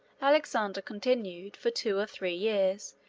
alexander continued, for two or three years,